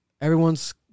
Everyone's